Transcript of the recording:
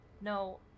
No